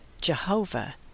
Jehovah